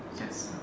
yes